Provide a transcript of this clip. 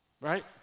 Right